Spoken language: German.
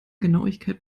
genauigkeit